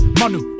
manu